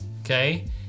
okay